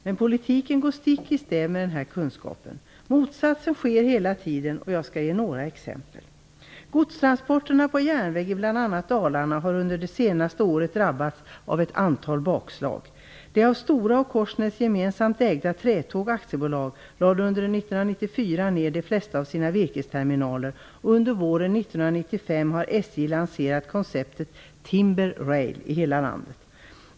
Men politiken går stick i stäv med denna kunskap. Motsatsen sker hela tiden. Jag skall ge några exempel. Godstransporterna på järnväg i bl.a. Dalarna har under det senaste året drabbats av ett antal bakslag. lade under 1994 ned de flesta av sina virkesterminaler, och under våren 1995 har SJ lanserat konceptet "Timber Rail" i hela landet.